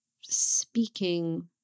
speaking